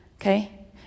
Okay